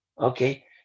okay